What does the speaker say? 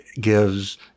gives